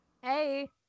Hey